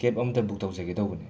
ꯀꯦꯕ ꯑꯝꯇ ꯕꯨꯛ ꯇꯧꯖꯒꯦ ꯇꯧꯕꯅꯦ